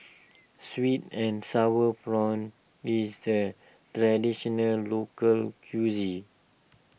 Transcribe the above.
Sweet and Sour Prawns is the Traditional Local Cuisine